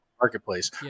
Marketplace